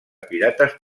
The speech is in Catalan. pirates